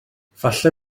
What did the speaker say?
falle